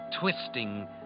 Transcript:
twisting